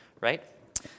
right